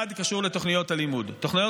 אחד קשור לתוכניות הלימוד.